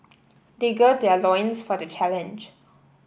they gird their loins for the challenge